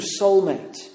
soulmate